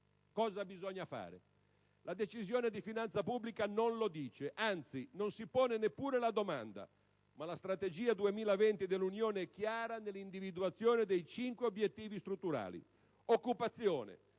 Cosa bisogna fare? La Decisione di finanza pubblica non lo dice: anzi, non si pone neppure la domanda. Ma la Strategia 2020 dell'Unione è chiara nell'individuazione dei cinque obiettivi strutturali: occupazione